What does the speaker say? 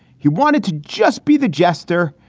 he wanted to just be the jester.